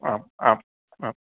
आम् आम् आम्